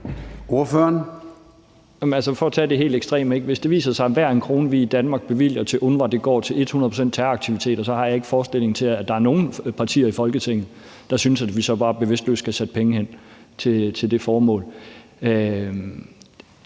Hvis det viser sig, at hver en krone, vi i Danmark bevilger til UNRWA, et hundrede procent går til terroraktiviteter, har jeg ikke fantasi til at forestille mig, at der er nogen partier i Folketinget, der synes, at vi så bare bevidstløst skal sende penge til det formål.